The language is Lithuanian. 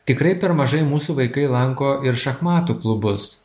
tikrai per mažai mūsų vaikai lanko ir šachmatų klubus